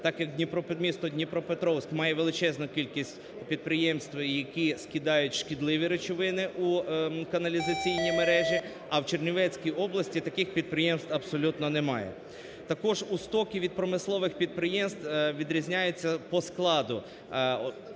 місто Дніпропетровськ має величезну кількість підприємств, які скидають шкідливі речовини у каналізаційні мережі, а в Чернівецькій області таких підприємств абсолютно немає. Також у стоків від промислових підприємств відрізняється по складу.